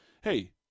hey